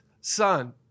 son